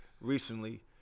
recently